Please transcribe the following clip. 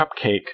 cupcake